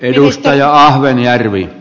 arvoisa puhemies